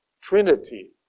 Trinity